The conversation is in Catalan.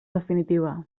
definitiva